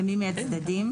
למי מהצדדים,